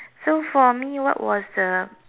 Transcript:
so for me what was the